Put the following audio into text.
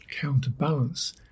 counterbalance